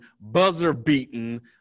buzzer-beaten